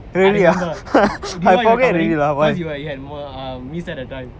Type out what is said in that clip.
I remember do you know why you were covering because you were you had meesai at that time